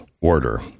order